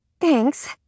Thanks